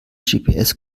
gps